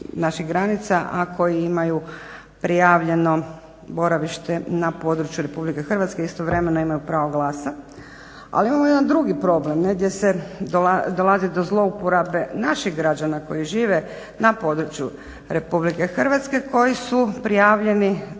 naših granica a koji imaju prijavljeno boravište na području RH istovremeno imaju pravo glasa, ali imamo jedan drugi problem. negdje se dolazi do zlouporabe naših građana koji žive na području RH koji su prijavljeni